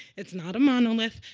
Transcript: it's not a monolith.